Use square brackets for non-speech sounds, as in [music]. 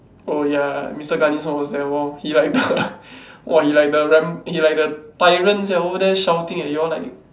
orh ya mister Ganesan was there lor he like the [laughs] !wah! he like the ram~ he like the tyrant sia over there shouting at you all like